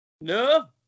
No